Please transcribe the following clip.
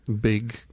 big